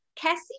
Cassie